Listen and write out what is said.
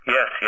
Yes